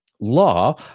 law